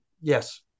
Yes